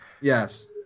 Yes